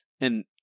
and-